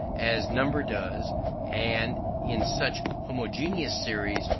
as number does and in such homogeneous series,